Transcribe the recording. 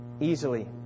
easily